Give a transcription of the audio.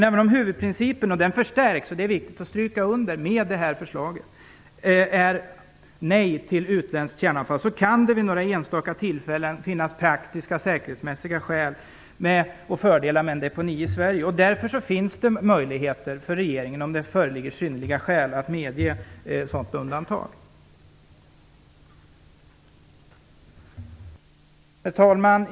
Även om huvudprincipen - och den förstärks i och med det här förslaget, vilket är viktigt att stryka under - är nej till utländskt kärnavfall, kan det vid några enstaka tillfällen finnas praktiska säkerhetsmässiga fördelar med en deponi i Sverige. Därför finns det möjligheter för regeringen om det föreligger synnerliga skäl att medge ett sådant undantag. Herr talman!